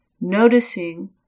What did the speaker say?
noticing